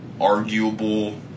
arguable